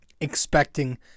expecting